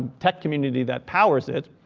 tech community that powers it.